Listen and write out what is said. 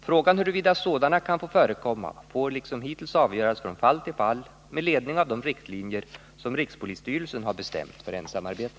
Frågan huruvida sådana kan få förekomma får liksom hittills avgöras från fall till fall, med ledning av de riktlinjer som rikspolisstyrelsen har bestämt för ensamarbete.